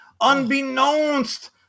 unbeknownst